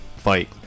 fight